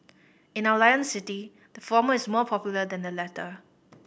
in our Lion City the former is more popular than the latter